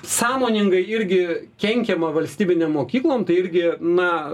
sąmoningai irgi kenkiama valstybinėm mokyklom tai irgi na